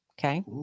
Okay